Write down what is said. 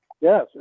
Yes